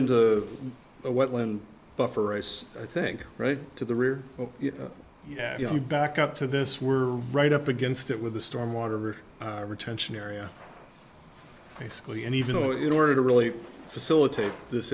into a wetland buffer race i think right to the rear yeah you back up to this were right up against it with the storm water retention area basically and even though in order to really facilitate this